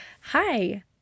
hi